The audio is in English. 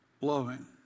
loving